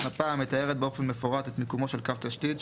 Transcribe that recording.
- מפה המתארת באופן מפורט את מיקומו של קו תשתית,